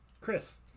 Chris